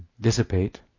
dissipate